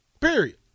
Period